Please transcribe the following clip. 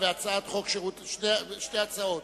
שתי ההצעות.